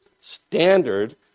standard